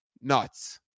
nuts